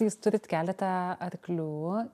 jūs turit keletą arklių